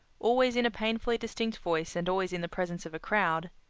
always in a painfully distinct voice and always in the presence of a crowd,